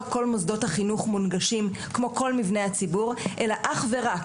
כל מוסדות החינוך מונגשים כמו כל מבני הציבור אלא אך ורק